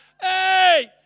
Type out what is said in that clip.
hey